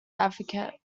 advocate